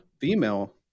female